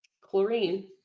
Chlorine